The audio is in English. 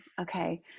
okay